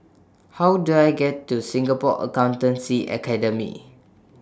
How Do I get to Singapore Accountancy Academy